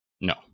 No